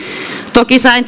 toki sain